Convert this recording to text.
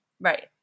Right